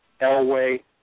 Elway